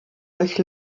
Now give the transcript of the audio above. durch